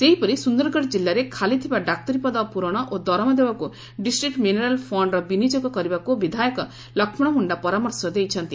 ସେହିପରି ସୁନ୍ଦରଗଡ଼ ଜିଲ୍ଲାରେ ଖାଲିଥିବା ଡାକ୍ତରୀ ପଦ ପୂରଣ ଓ ଦରମା ଦେବାକୁ ଡିଷ୍ଟିକୁ ମିନେରାଲ୍ ଫଣ୍ଡ୍ର ବିନିଯୋଗ କରିବାକୁ ବିଧାୟକ ଲକ୍ଷଣ ମୁଣ୍ଡା ପରାମର୍ଶ ଦେଇଛନ୍ତି